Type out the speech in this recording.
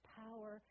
power